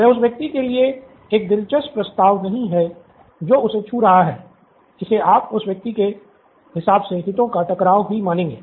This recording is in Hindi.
वह उस व्यक्ति के लिए एक दिलचस्प प्रस्ताव नहीं है जो उसे छू रहा है इसे आप उस व्यक्ति के हिसाब से हितों का टकराव ही मानेंगे